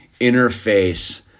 interface